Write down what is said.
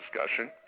discussion